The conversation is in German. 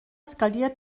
skaliert